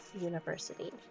University